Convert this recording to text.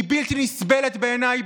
היא בלתי נסבלת בעיניי.